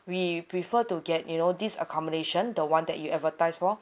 we prefer to get you know this accommodation the one that you advertise for